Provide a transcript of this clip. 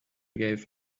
gave